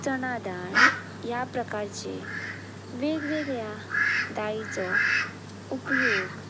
चणा दाळ ह्या प्रकारचे वेगवेगळ्या दाळीचो उपयोग